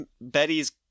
Betty's